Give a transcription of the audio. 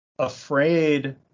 afraid